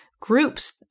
groups